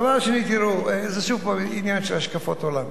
דבר שני, תראו, זה שוב פעם עניין של השקפות עולם.